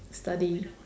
study